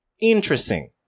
interesting